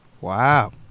Wow